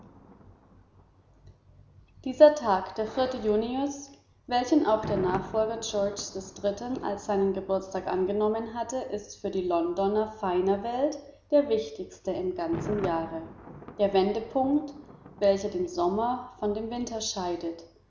dieser tag der vierte junius welchen auch der nachfolger georges des dritten als seinen geburtstag angenommen hatte ist für die londoner feiner welt der wichtigste im ganzen jahre der wendepunkt welcher den sommer von dem winter scheidet